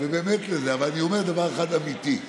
אבל אני אומר דבר אחד אמיתי: